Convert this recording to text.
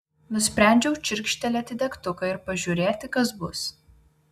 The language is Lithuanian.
nusprendžiau čirkštelėti degtuką ir pažiūrėti kas bus